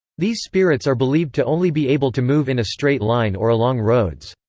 these spirits are believed to only be able to move in a straight line or along roads.